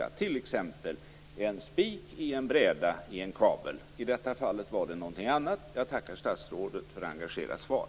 Det kan t.ex. vara fråga om en spik i en bräda i en kabel. I detta fall var det något annat. Jag tackar statsrådet för ett engagerat svar.